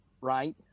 right